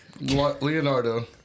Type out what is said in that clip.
Leonardo